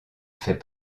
fait